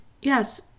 yes